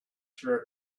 sure